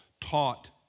taught